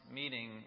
meeting